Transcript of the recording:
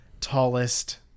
tallest